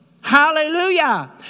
Hallelujah